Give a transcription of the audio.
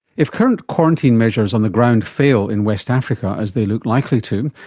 if current quarantine measures on the ground fail in west africa, as they look likely to,